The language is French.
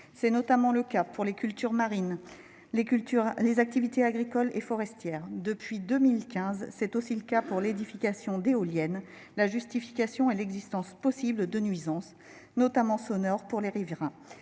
C'est notamment le cas pour les cultures marines et pour les activités agricoles et forestières. Depuis 2015, c'est aussi le cas pour l'édification d'éoliennes. La justification est l'existence possible de nuisances, notamment sonores, pour les riverains,